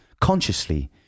consciously